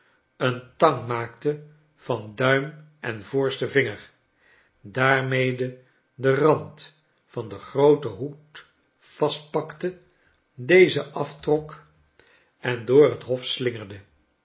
een tang maakte van duim en voorsten vinger daarmcde den rand van den grooten hoed vastpakte dezen aftrok en door het hof slingerde